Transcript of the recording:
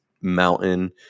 mountain